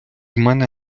мене